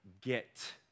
Get